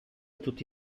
tutti